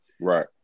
right